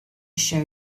show